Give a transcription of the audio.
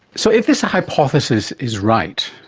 so if this hypothesis is right,